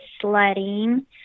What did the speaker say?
sledding